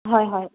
হয় হয়